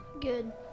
Good